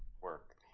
Work